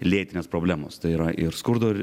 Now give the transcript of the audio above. lėtinės problemos tai yra ir skurdo